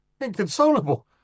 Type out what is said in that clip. Inconsolable